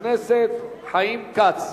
חבר הכנסת חיים כץ.